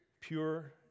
pure